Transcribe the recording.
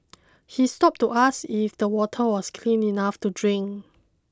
he stopped to ask me if that water was clean enough to drink